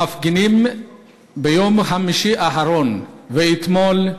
המפגינים ביום חמישי האחרון ואתמול,